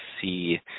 see